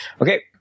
Okay